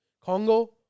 Congo